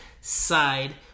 side